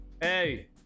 Hey